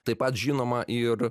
taip pat žinoma ir